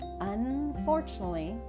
Unfortunately